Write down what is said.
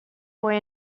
boy